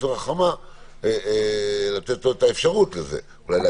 בצורה חכמה לתת לו את האפשרות לזה.